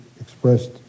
expressed